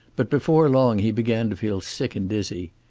but before long he began to feel sick and dizzy.